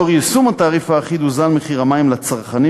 לאור יישום התעריף האחיד ירד מחיר המים לצרכנים